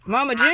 Mama